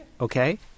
Okay